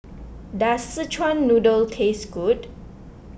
does Szechuan Noodle taste good